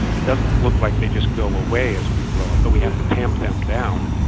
it doesn't look like they just go away as we grow up but we have to tamp them down.